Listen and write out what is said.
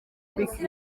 polisi